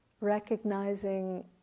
recognizing